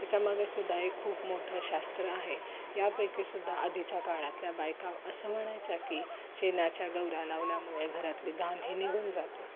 त्याच्यामागेसुद्धा एक खूप मोठं शास्त्र आहे यापैकीसुद्धा आधीच्या काळातल्या बायका असं म्हणायच्या की शेणाच्या गवरा लावल्यामुळे घरातले घाण ही निघून जाते